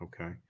Okay